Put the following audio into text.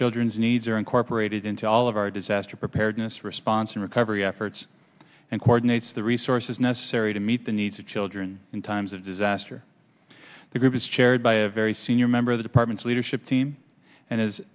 children's needs are incorporated into all of our disaster preparedness response and recovery efforts and coordinates the resources necessary to meet the needs of children in times of disaster the group is chaired by a very senior member of the department's leadership team and as